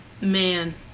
Man